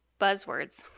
buzzwords